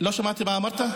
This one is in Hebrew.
לא שמעתי מה אמרת.